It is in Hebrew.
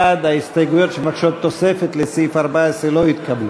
61. ההסתייגויות שמבקשות תוספת לסעיף 14 לא התקבלו.